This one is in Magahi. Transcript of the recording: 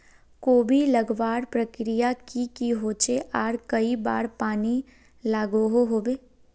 कोबी लगवार प्रक्रिया की की होचे आर कई बार पानी लागोहो होबे?